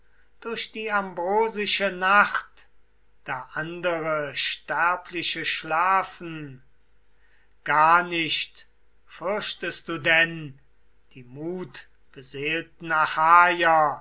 durch die ambrosische nacht da andere sterbliche schlafen gar nicht fürchtest du denn die mutbeseelten